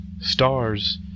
stars